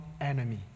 enemy